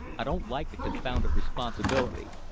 i don't like the confounded responsibility.